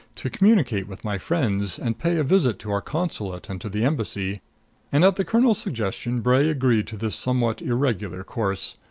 to communicate with my friends, and pay a visit to our consulate and to the embassy and at the colonel's suggestion bray agreed to this somewhat irregular course.